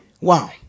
wow